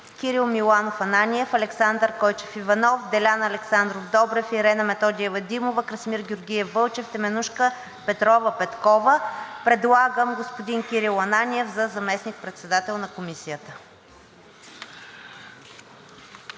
Кирил Миланов Ананиев, Александър Койчев Иванов, Делян Александров Добрев, Ирена Методиева Димова, Красимир Георгиев Вълчев, Теменужка Петрова Петкова. Предлагам господин Кирил Ананиев за заместник-председател на Комисията.